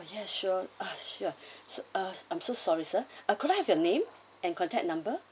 oh yes sure ah sure s~ ah I'm so sorry sir uh could I have your name and contact number